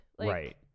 right